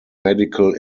medical